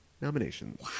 nominations